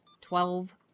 Twelve